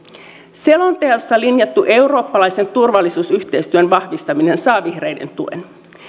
selonteossa linjattu eurooppalaisen turvallisuusyhteistyön vahvistaminen saa vihreiden tuen